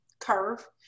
curve